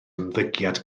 ymddygiad